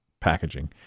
packaging